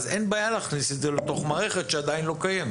אז אין בעיה להכניס את זה לתוך מערכת שעדיין לא קיימת.